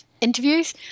interviews